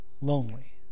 lonely